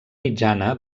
mitjana